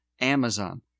Amazon